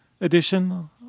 edition